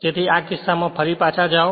તેથી આ કિસ્સામાં ફરી પાછા જાઓ